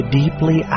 deeply